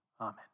amen